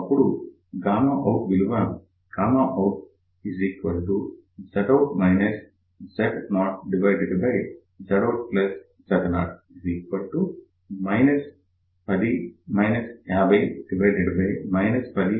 అప్పుడు out విలువ outZout ZoZoutZo 10 50 1050 1